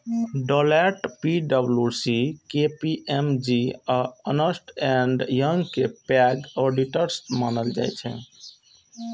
Deloitte, पी.डब्ल्यू.सी, KPMG आ Ernst and Young कें पैघ ऑडिटर्स मानल जाइ छै